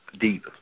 deep